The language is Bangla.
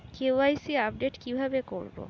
কে.ওয়াই.সি আপডেট কি ভাবে করবো?